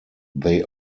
they